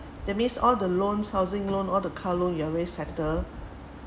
that means all the loans housing loan all the car loan you already settle